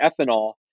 ethanol